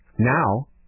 now